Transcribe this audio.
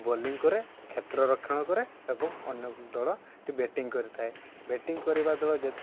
bowling କରେ କ୍ଷେତ୍ର ରକ୍ଷଣ କରେ ଏବଂ ଅନ୍ୟ ଦଳଟି ବ୍ୟାଟିଂ କରିଥାଏ ବ୍ୟାଟିଂ କରିବା ଦଳ ଯେ